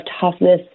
toughness